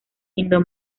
indo